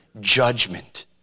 judgment